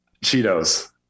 Cheetos